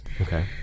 Okay